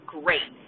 great